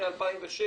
מ-2006,